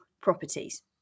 properties